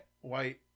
white